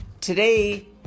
Today